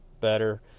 better